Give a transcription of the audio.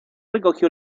recogió